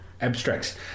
Abstracts